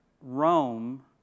Rome